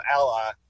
ally